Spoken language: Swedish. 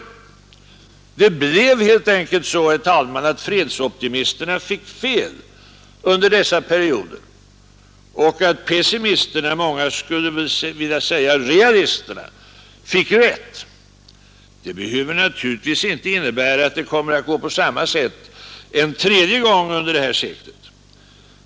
Det blev helt enkelt så, herr talman, att fredsoptimisterna fick fel under dessa perioder och att pessimisterna — många skulle väl säga realisterna — fick rätt. vn Det behöver naturligtvis inte innebära att det kommer att gå på samma sätt en tredje gång under detta sekel.